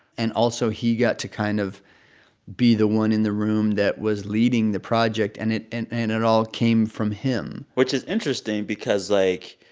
and also, he got to kind of be the one in the room that was leading the project, and it and and it all came from him which is interesting because, like,